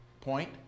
Point